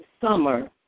summer